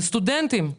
סטודנטים,